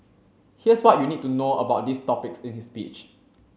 here's what you need to know about these topics in his speech